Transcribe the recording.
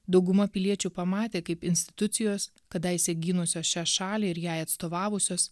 dauguma piliečių pamatė kaip institucijos kadaise gynusios šią šalį ir jai atstovavusios